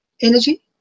energy